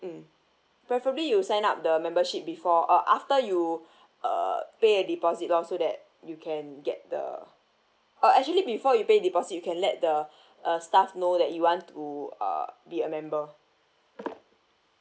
mm preferably you sign up the membership before uh after you uh pay a deposit lor so that you can get the uh actually before you pay deposit you can let the uh staff know that you want to uh be a member